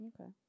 Okay